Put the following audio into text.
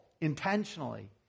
intentionally